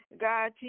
God